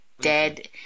dead